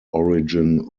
origin